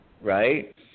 right